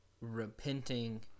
repenting